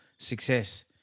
Success